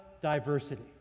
diversity